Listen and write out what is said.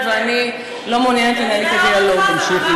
ואני לא מעוניינת לנהל אתה דיאלוג.